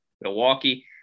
Milwaukee